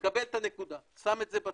מקבל את הנקודה, שם את זה בצד.